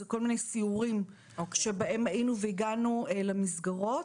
אלה כל מיני סיורים שבהם היינו והגענו למסגרות,